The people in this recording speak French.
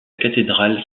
cathédrale